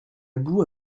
boue